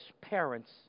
parents